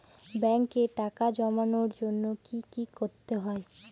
ব্যাংকে টাকা জমানোর জন্য কি কি করতে হয়?